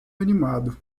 animado